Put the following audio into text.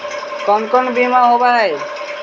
कोन कोन बिमा होवय है?